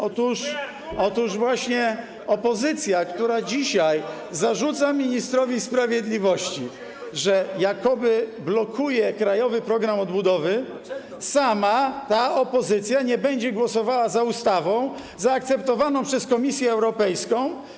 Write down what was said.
Otóż właśnie opozycja, która dzisiaj zarzuca ministrowi sprawiedliwości, że jakoby blokuje Krajowy Program Odbudowy, ta sama opozycja, nie będzie głosowała za ustawą w pełni zaakceptowaną przez Komisję Europejską.